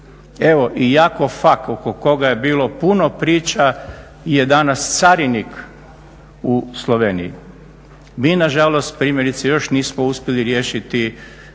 Evo Jakov Fak oko koga je bilo puno priča je danas carinik u Sloveniji. Mi nažalost primjerice još nismo uspjeli riješiti gospodina